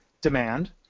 demand